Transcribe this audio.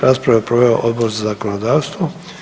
Raspravu je proveo Odbor za zakonodavstvo.